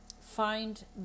find